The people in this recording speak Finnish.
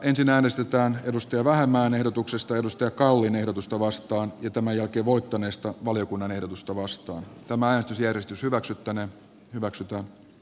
ensin äänestetään ville vähämäen ehdotuksesta timo kallin ehdotusta vastaan ja sitten voittaneesta valiokunnan ehdotusta vastaan tämän sienestys hyväksyttäneen hyväksytä